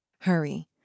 Hurry